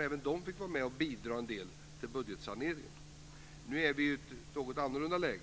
Även de fick vara med och bidra en del till budgetsaneringen. Nu är vi i ett något annorlunda läge.